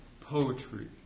poetry